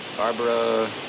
Barbara